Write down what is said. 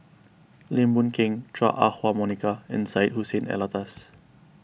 Lim Boon Keng Chua Ah Huwa Monica and Syed Hussein Alatas